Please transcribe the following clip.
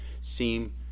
seem